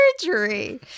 surgery